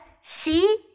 see